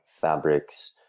fabrics